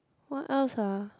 what else ah